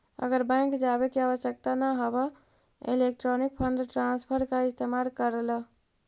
आर bank जावे के आवश्यकता न हवअ इलेक्ट्रॉनिक फंड ट्रांसफर का इस्तेमाल कर लअ